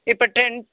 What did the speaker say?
இப்போ டென்த்